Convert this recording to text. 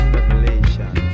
Revelation